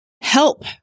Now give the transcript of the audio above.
Help